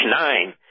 nine